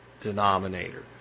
denominator